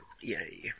Yay